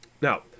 Now